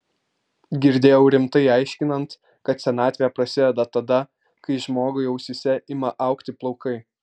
girdėjau rimtai aiškinant kad senatvė prasideda tada kai žmogui ausyse ima augti plaukai